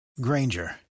Granger